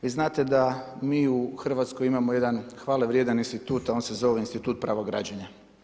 Vi znate da mi u Hrvatskoj imamo jedan hvale vrijedan institut a on se zove institut pravo građenja.